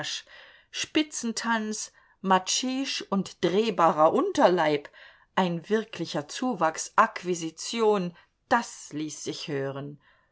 spitzentanz matschiche und drehbarer unterleib ein wirklicher zuwachs akquisition das ließ sich hören